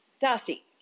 Darcy